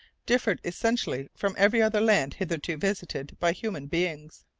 differed essentially from every other land hitherto visited by human beings.